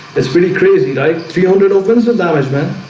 it's pretty crazy right three hundred opens of management